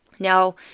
Now